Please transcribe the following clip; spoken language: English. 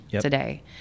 today